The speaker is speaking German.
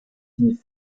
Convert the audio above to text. die